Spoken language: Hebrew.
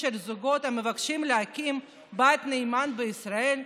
של זוגות המבקשים להקים בית נאמן בישראל,